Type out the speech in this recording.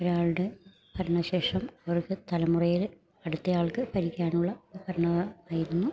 ഒരാളുടെ ഭരണ ശേഷം അവർക്ക് തലമുറയില് അടുത്തയാൾക്ക് ഭരിക്കാനുള്ള ഭരണം ആയിരുന്നു